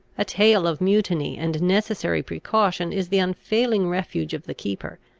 a tale of mutiny and necessary precaution is the unfailing refuge of the keeper,